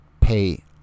pay